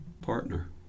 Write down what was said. partner